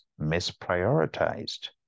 misprioritized